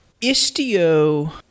Istio